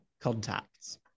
contacts